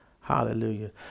Hallelujah